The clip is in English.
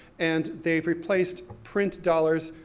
and they've replaced print dollars,